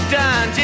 done